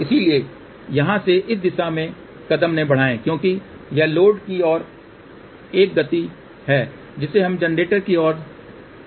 इसलिए यहां से इस दिशा में कदम न बढ़ाएं क्योंकि यह लोड की ओर एक गति है जिसे हमें जनरेटर की ओर ले जाना होगा